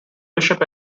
bishop